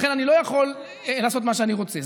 לכן, אני לא יכול לעשות מה שאני רוצה.